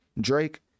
Drake